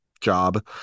job